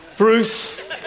Bruce